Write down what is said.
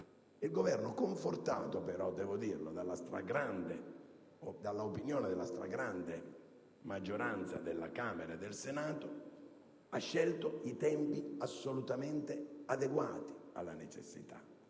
il Governo, confortato però, devo dirlo, dalla opinione della stragrande maggioranza della Camera e del Senato, ha scelto i tempi assolutamente adeguati alla necessità